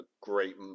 great